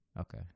Okay